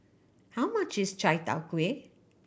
how much is Chai Tow Kuay